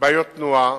בעיות תנועה,